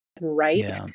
right